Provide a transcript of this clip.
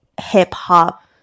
hip-hop